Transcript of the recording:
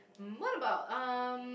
what about um